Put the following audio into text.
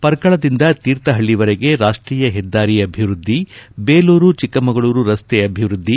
ಪರ್ಕಳದಿಂದ ತೀರ್ಥಹಳ್ಳವರೆಗೆ ರಾಷ್ಟೀಯ ಹೆದ್ದಾರಿ ಅಭಿವೃದ್ಧಿ ಬೇಲೂರು ಚಿಕ್ಕಮಗಳೂರು ರಸ್ತೆ ಅಭಿವೃದ್ಧಿ